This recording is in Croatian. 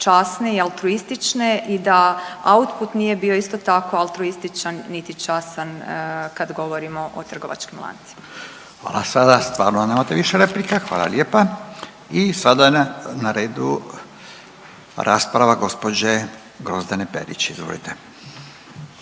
časne i altruistične i da output nije bio isto tako altruističan, niti častan kad govorimo o trgovačkim lancima. **Radin, Furio (Nezavisni)** Hvala. A sada stvarno nemate više replika. Hvala lijepa. I sada je na redu rasprava gospođe Grozdane Perić, izvolite.